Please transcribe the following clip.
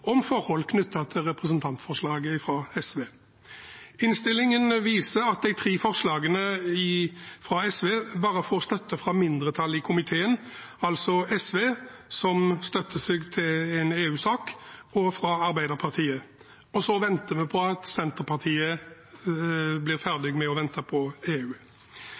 om forhold knyttet til representantforslaget fra SV. Innstillingen viser at de tre forslagene fra SV bare får støtte fra mindretallet i komiteen, altså fra SV, som støtter seg til en EU-sak, og fra Arbeiderpartiet. Og så venter vi på at Senterpartiet blir ferdig med å vente på EU.